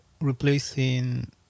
replacing